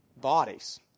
bodies